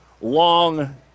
long